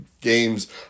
games